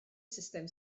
sustem